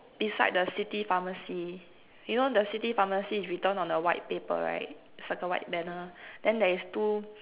beside the city pharmacy you know the city pharmacy is written on the white paper right circle white banner then there's two